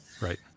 right